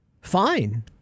fine